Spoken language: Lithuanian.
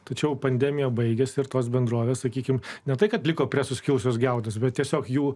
tačiau pandemija baigiasi ir tos bendrovės sakykime ne tai kad liko prie suskilusios geldos bet tiesiog jų